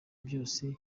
byose